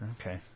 Okay